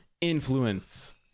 influence